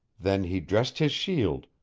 then he dressed his shield,